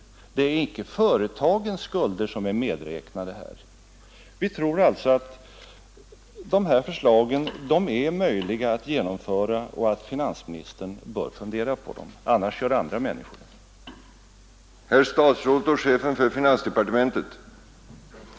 Företagsskulder är inte medräknade. Vi tror alltså att dessa förslag är möjliga att genomföra och att finansministern bör fundera på dem. Annars gör andra människor det.